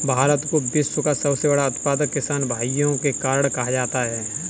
भारत को विश्व का सबसे बड़ा उत्पादक किसान भाइयों के कारण कहा जाता है